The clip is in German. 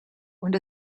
und